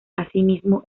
asimismo